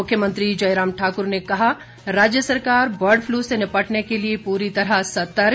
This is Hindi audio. मुख्यमंत्री जयराम ठाकुर ने कहा राज्य सरकार बर्ड फ्लू से निपटने के लिए पूरी तरह सतर्क